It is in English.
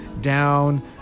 down